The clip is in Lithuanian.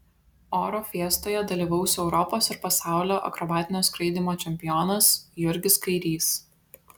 oro fiestoje dalyvaus europos ir pasaulio akrobatinio skraidymo čempionas jurgis kairys